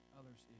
others